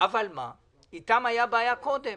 אבל איתם הייתה בעיה קודם